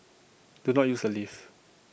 do not use the lift